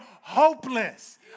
hopeless